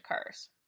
occurs